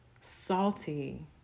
Salty